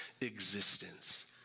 existence